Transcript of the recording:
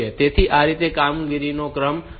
તેથી આ રીતે કામગીરીનો ક્રમ થવો જોઈએ